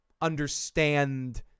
understand